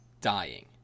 dying